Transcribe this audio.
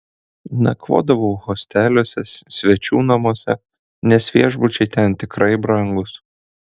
nakvodavau hosteliuose svečių namuose nes viešbučiai ten tikrai brangūs